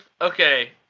okay